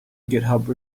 github